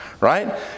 right